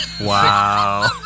Wow